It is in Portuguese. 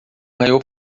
maiô